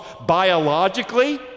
biologically